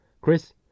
chris